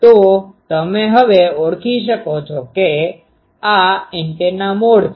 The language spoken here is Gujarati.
તો તમે હવે ઓળખી શકો છો કે આ એન્ટેના મોડ છે